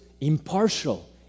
impartial